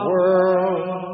world